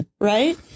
right